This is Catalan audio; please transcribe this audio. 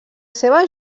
seva